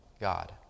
God